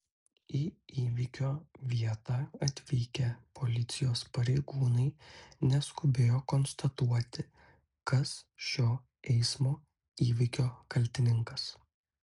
į įvykio vietą atvykę policijos pareigūnai neskubėjo konstatuoti kas šio eismo įvykio kaltininkas